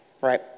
right